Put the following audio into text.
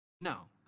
No